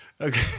Okay